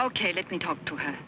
ok let me talk to him